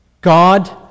God